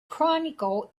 chronicle